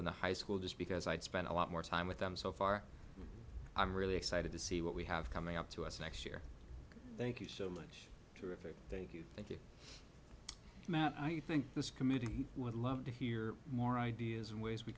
than the high school just because i spent a lot more time with them so far i'm really excited to see what we have coming up to us next year thank you so much terrific thank you thank you matt i think this committee would love to hear more ideas and ways we